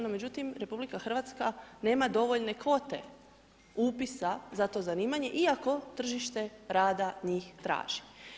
No međutim, RH nema dovoljne kvote upisa za to zanimanje iako tržite rada njih traži.